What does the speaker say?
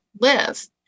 live